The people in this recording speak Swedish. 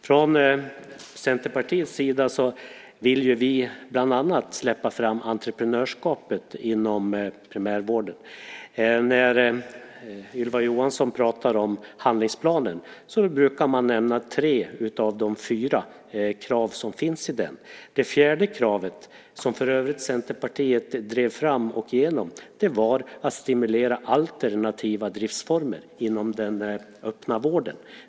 Från Centerpartiets sida vill vi bland annat släppa fram entreprenörskapet inom primärvården. Ylva Johansson pratar om handlingsplanen. Man brukar nämna tre av de fyra krav som finns i den. Det fjärde kravet, som för övrigt Centerpartiet drev fram och igenom, var att stimulera alternativa driftsformer inom den öppna vården.